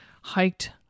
hiked